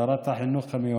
שרת החינוך וההשכלה הגבוהה